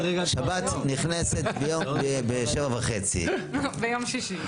שבת נכנסת ב-19:30, ביום שישי.